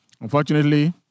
Unfortunately